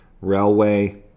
Railway